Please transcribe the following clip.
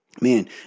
man